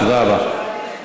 תודה רבה, תודה רבה.